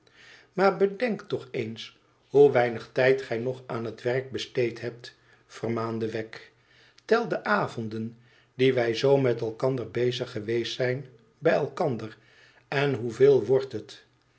maar bedenk toch eens hoe weinig tijd gij nog aan het werk besteed hebt vermaande wegg tel de avonden die wij zoo met elkander bezig geweest zijn bij elkander en hoeveel wordt het